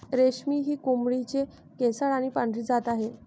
रेशमी ही कोंबडीची केसाळ आणि पांढरी जात आहे